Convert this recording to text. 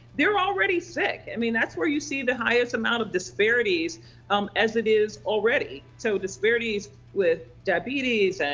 they're already sick. i mean, that's where you see the highest amount of disparities um as it is already, so disparities with diabetes, and